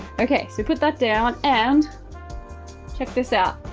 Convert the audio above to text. okay. so we put that down and check this out,